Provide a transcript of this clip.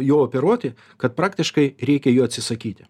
juo operuoti kad praktiškai reikia jų atsisakyti